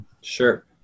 Sure